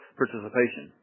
participation